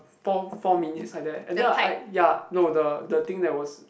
four four minutes like that and then I ya no the the thing that was